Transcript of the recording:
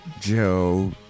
Joe